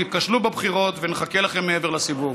תיכשלו בבחירות ונחכה לכם מעבר לסיבוב.